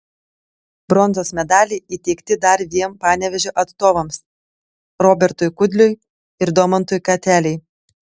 bronzos medaliai įteikti dar dviem panevėžio atstovams robertui kudliui ir domantui katelei